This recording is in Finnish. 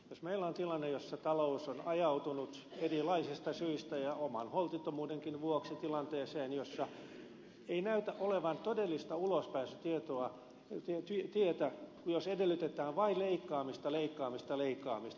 jos meillä on tilanne jossa talous on ajautunut erilaisista syistä ja oman holtittomuudenkin vuoksi tilanteeseen jossa ei näytä olevan todellista ulospääsytietä jos edellytetään vain leikkaamista leikkaamista leikkaamista